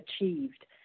achieved